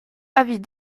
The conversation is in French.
avis